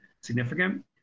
significant